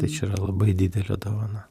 tai čia yra labai didelė dovana